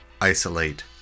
isolate